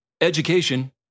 education